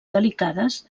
delicades